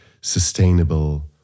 sustainable